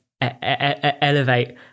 elevate